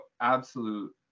absolute